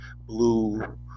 blue